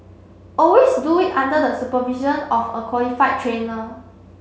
always do it under the supervision of a qualified trainer